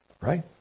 Right